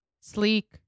Sleek